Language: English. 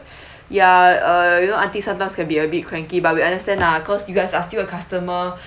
ya uh you know aunties sometimes can be a bit cranky but we understand ah cause you guys are still a customer